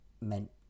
meant